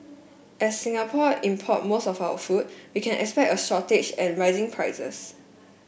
as Singapore import most of our food we can expect a shortage and rising prices